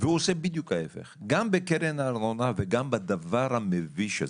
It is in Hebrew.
והוא עושה בדיוק ההיפך גם בקרן הארנונה וגם בדבר המביש הזה.